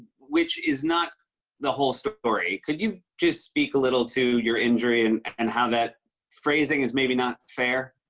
which is not the whole story. could you just speak a little to your injury and and how that phrasing is maybe not fair?